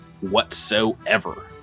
whatsoever